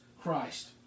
Christ